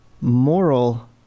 moral